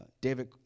David